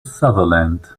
sutherland